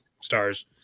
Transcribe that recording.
stars